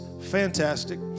fantastic